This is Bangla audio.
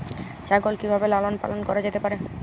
ছাগল কি ভাবে লালন পালন করা যেতে পারে?